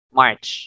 march